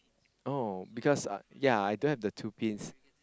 oh because uh ya I don't have the two pins